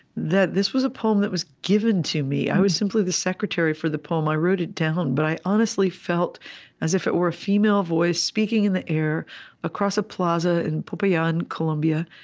that this was a poem that was given to me. i was simply the secretary for the poem. i wrote it down, but i honestly felt as if it were a female voice speaking in the air across a plaza in popayan, colombia.